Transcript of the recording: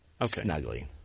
snuggly